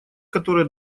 которые